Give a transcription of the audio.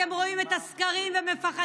אתם רואים את הסקרים ומפחדים.